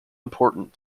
important